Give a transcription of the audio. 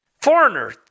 Foreigner